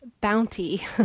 bounty